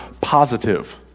positive